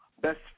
best